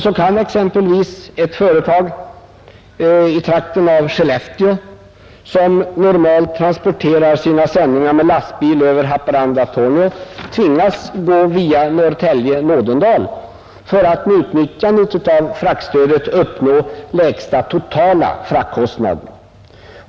Så kan exempelvis ett företag i trakten av Skellefteå, som normalt transporterar sina sändningar med lastbil över Haparanda—Torneå tvingas gå via Norrtälje-Nådendal för att med utnyttjande av fraktstödet uppnå lägsta totala fraktkostnad.